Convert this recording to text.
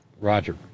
Roger